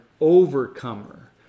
overcomer